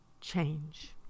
change